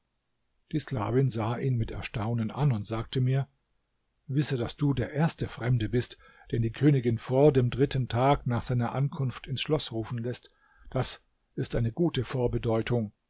die sklavin sah ihn mit erstaunen an und sagte mir wisse daß du der erste fremde bist den die königin vor dem dritten tag nach seiner ankunft ins schloß rufen läßt das ist eine gute vorbedeutung